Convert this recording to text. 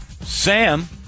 Sam